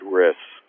risks